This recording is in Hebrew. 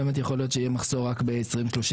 יכול להיות שיהיה מחסור רק ב-2035,